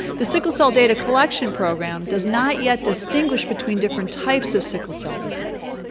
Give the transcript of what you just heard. the sickle cell data collection program does not yet distinguish between different types of sickle cell disease.